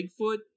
Bigfoot